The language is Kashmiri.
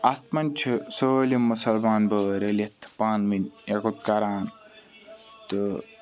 اَتھ مَنٛز چھِ سٲلِم مُسَلمان بٲے رٔلِتھ پانہٕ ؤنۍ یکُت کَران تہٕ